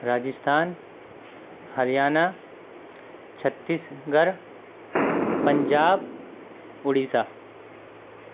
Rajasthan Haryana Chhattisgarh Punjab Orissa